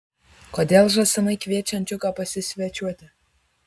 kodėl žąsinai kviečia ančiuką pasisvečiuoti